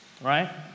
right